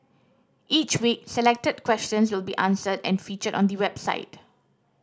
each week selected questions will be answered and featured on the website